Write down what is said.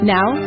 Now